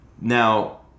Now